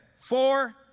Four